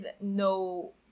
no